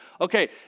Okay